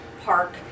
Park